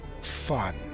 fun